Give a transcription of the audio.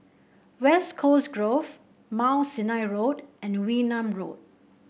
West Coast Grove Mount Sinai Road and Wee Nam Road